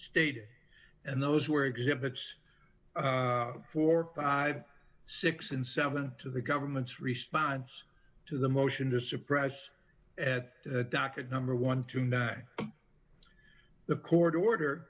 stated and those were exhibits for fifty six and seven to the government's response to the motion to suppress at the docket number one tonight the court order